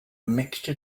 mixture